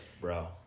bro